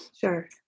Sure